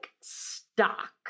stock